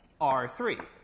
R3